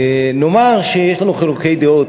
נאמר שיש לנו חילוקי דעות,